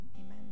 amen